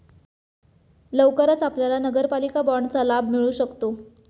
लवकरच आपल्याला नगरपालिका बाँडचा लाभ मिळू शकतो